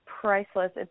Priceless